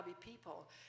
people